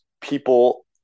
people